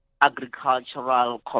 agricultural